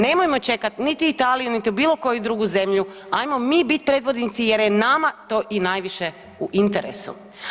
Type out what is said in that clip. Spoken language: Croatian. Nemojmo čekat niti Italiju, niti bilo koju drugu zemlju, ajmo mi bit predvodnici jer je nama to i najviše u interesu.